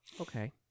Okay